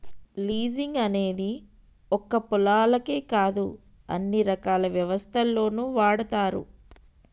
leasing అనేది ఒక్క పొలాలకే కాదు అన్ని రకాల వ్యవస్థల్లోనూ వాడతారు